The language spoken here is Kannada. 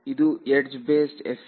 ಇದು ಎಡ್ಜ್ ಬೇಸ್ಡ್ FEM